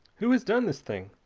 who has done this thing?